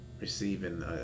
receiving